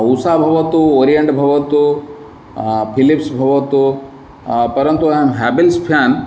उसा भवतु ओरियण्ड् भवतु फिलिप्स् भवतु परन्तु अहं हावेल्स् फ़ेन्